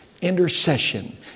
intercession